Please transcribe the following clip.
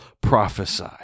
prophesy